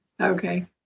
Okay